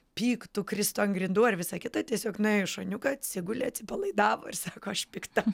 pyktų kristų ant grindų ar visą kitą tiesiog nuėjo į šoniuką atsigulė atsipalaidavo ir sako aš pikta